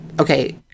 okay